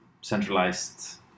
centralized